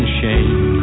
shame